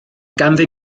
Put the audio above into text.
ganddi